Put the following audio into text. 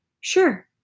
Sure